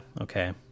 Okay